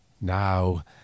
Now